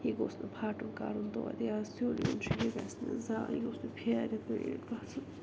یہِ گوٚژھ نہٕ پھَٹُن کَرُن دۄد یا سیُن ویُن چھُ یہِ گوٚژھ نہٕ ضایہِ یہِ گوٚژھ نہٕ پھیرُن یہِ گژھُن